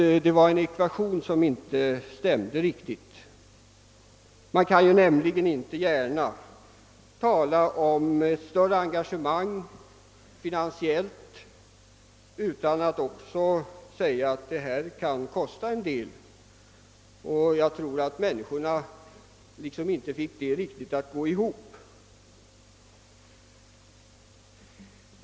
I stället tror jag man kan tala om en ekvation som inte riktigt stämde, eftersom man inte gärna kan tala om större finansiella engagemang utan att också framhålla att det kostar något. Jag tror att människorna inte riktigt kunde få detta att gå ihop.